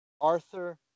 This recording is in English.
Arthur